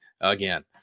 again